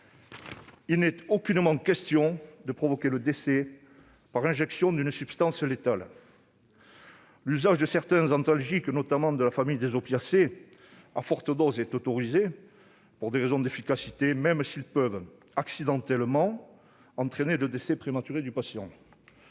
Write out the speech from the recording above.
Il n'est aucunement question de provoquer le décès par injection d'une substance létale. L'usage de certains antalgiques, notamment de la famille des opiacés, à forte dose, est autorisé pour des raisons d'efficacité, même s'ils peuvent accidentellement entraîner le décès prématuré du patient.